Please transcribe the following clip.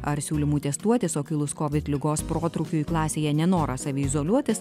ar siūlymų atestuotis o kilus kovid ligos protrūkiui klasėje nenoras saviizoliuotis